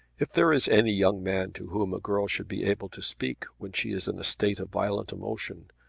if there is any young man to whom a girl should be able to speak when she is in a state of violent emotion,